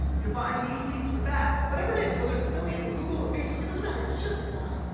you're buying these leads for that, whatever it is, whether it's affiliate, or google or facebook, it doesn't matter, it's just quant,